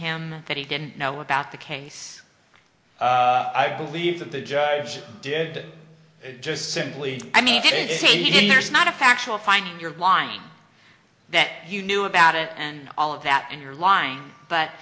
him that he didn't know about the case i believe that the judge did just simply i mean if he didn't there's not a factual finding your line that you knew about it and all of that and you're lying but